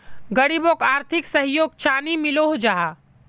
गरीबोक आर्थिक सहयोग चानी मिलोहो जाहा?